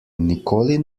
nikoli